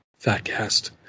Fatcast